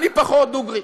אני פחות, דוגרי.